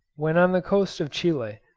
when on the coast of chile,